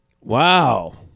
Wow